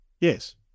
Yes